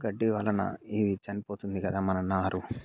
గడ్డి వలన ఈ చనిపోతుంది కదా మన నారు